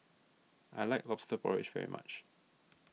I like Lobster Porridge very much